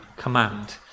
command